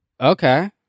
Okay